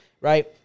right